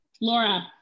Laura